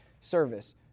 service